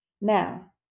Now